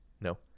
No